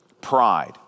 Pride